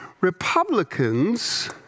Republicans